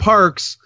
Parks